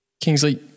Kingsley